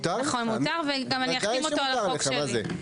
נכון, מותר, ואני גם אחתים אותו על החוק שלי.